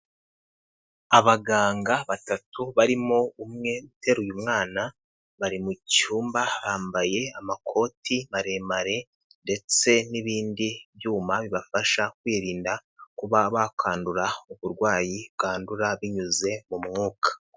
Abaganga batatu barimo umwe uteraye umwana, bari mu cyumba bambaye amakoti maremare ndetse n'ibindi byuma bibafasha kwirinda kuba bakandura uburwayi bwandura binyuze mu mwuka.